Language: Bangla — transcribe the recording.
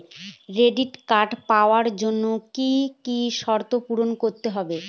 ক্রেডিট কার্ড পাওয়ার জন্য কি কি শর্ত পূরণ করতে হবে?